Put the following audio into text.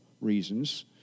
reasons